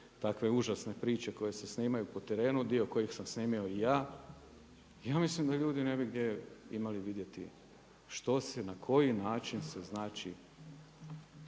takve užasne priče koje se snimaju po terenu, dio kojih sam snimio i ja, ja mislim da ljudi ne bi imali gdje vidjeti što se, na koji način se, znači